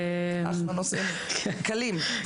נושא קליל...